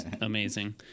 amazing